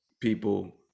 people